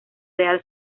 real